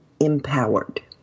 empowered